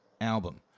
album